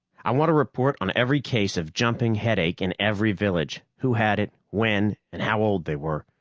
i want a report on every case of jumping headache in every village who had it, when, and how old they were.